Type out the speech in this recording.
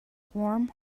warm